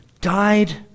died